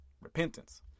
repentance